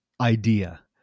Idea